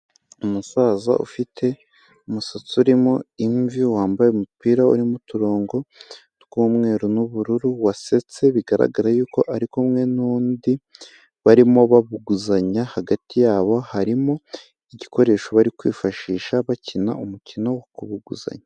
Umusaza ufite umusatsi urimo imvi, wambaye umupira urimo uturongo tw'umweru n'ubururu, wasetse, bigaragara yuko ari kumwe n'undi barimo babuguzanya, hagati yabo harimo igikoresho bari kwifashisha bakina umukino wo kubuguzanya.